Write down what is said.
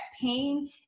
pain